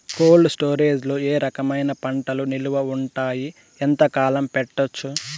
Cold storage లో ఏ రకమైన పంటలు నిలువ ఉంటాయి, ఎంతకాలం పెట్టొచ్చు?